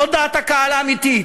זו דעת הקהל האמיתית.